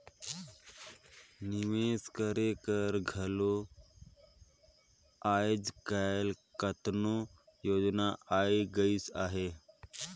निवेस करे कर घलो आएज काएल केतनो योजना आए गइस अहे